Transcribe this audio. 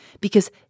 because